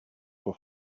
for